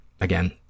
Again